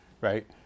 right